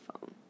phone